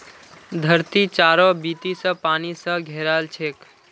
धरती चारों बीती स पानी स घेराल छेक